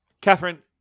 Catherine